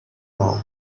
now